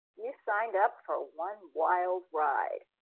you signed up for one wild ride.